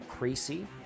Creasy